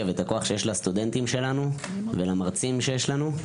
ואת הכוח שיש לסטודנטים שלנו ולמרצים שיש לנו.